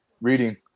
reading